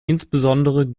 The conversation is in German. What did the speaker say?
insbesondere